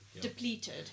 depleted